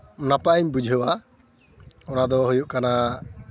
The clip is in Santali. ᱱᱟᱯᱟᱭᱤᱧ ᱵᱩᱡᱷᱟᱹᱣᱟ ᱚᱱᱟᱫᱚ ᱦᱩᱭᱩᱜ ᱠᱟᱱᱟ